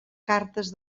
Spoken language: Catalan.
cartes